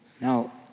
Now